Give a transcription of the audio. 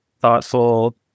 thoughtful